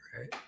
right